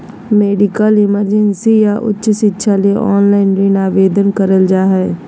medical emergency या उच्च शिक्षा ले ऑनलाइन ऋण आवेदन करल जा हय